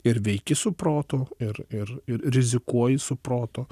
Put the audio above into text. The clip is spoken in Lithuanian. ir veiki su protu ir ir ir rizikuoji su protu